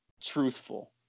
truthful